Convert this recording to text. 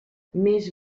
més